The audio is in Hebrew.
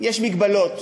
יש מגבלות.